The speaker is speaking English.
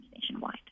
nationwide